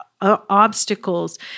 obstacles